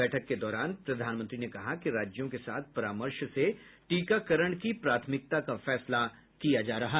बैठक के दौरान प्रधानमंत्री ने कहा कि राज्यों के साथ परामर्श से टीकाकरण की प्राथमिकता का फैसला किया जा रहा है